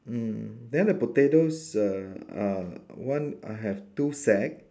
mm then the potatoes err uh one I have two sack